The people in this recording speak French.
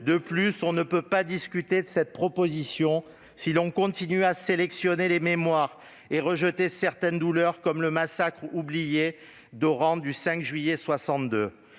compte. On ne peut pas discuter de cette proposition de loi si l'on continue à sélectionner les mémoires et à rejeter certaines douleurs, comme le massacre « oublié » d'Oran du 5 juillet 1962.